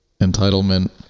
entitlement